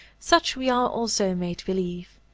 such, we are also made believe,